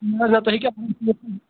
نہٕ حظ نہ تُہۍ